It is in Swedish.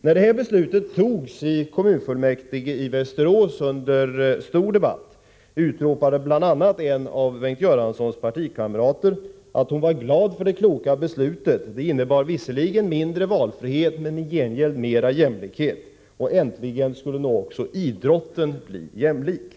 När detta beslut, efter stor debatt, togs i kommunfullmäktige i Västerås utropade en av Bengt Göranssons partikamrater att hon var glad för det kloka beslutet. Det innebar visserligen mindre valfrihet, men i gengäld mer jämlikhet. Äntligen skulle nu också idrotten bli jämlik.